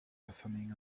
performing